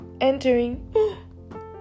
entering